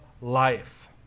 life